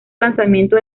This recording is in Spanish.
lanzamiento